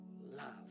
love